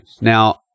now